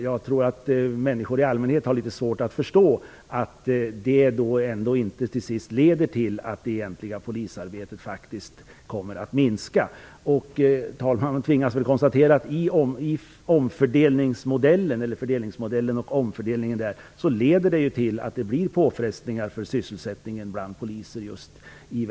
Jag tror att människor i allmänhet har litet svårt att förstå att detta inte till sist leder till att det egentliga polisarbetet faktiskt kommer att minska. Man tvingas konstatera att i fördelningsmodellen med den omfördelning som den innebär leder till påfrestningar för sysselsättningen bland poliser just i